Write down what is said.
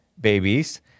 babies